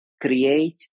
create